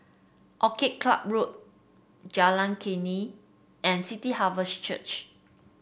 Orchid Club Road Jalan Klinik and City Harvest Church